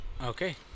Okay